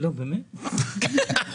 נרצה לשמוע למה דווקא הסכומים האלה,